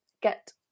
get